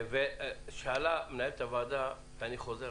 --- שאלה מנהלת הוועדה ואני חוזר: